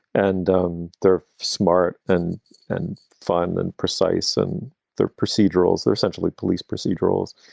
and um they're smart and and fun and precise. and they're procedurals. they're essentially police procedurals.